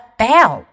bell